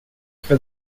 for